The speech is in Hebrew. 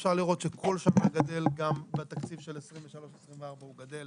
אפשר לראות שהכול שם גדל גם בתקציב של 2023 2024. הוא גדל